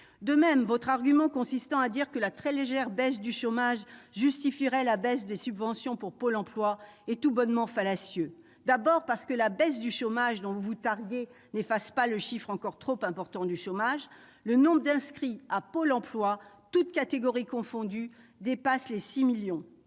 De même, votre argument consistant à dire que la très légère baisse du chômage justifierait la baisse des subventions pour Pôle emploi est tout bonnement fallacieux. D'abord, la baisse du chômage dont vous vous targuez n'efface pas le taux encore trop important de chômage- le nombre d'inscrits à Pôle emploi, toutes catégories confondues, dépasse 6 millions.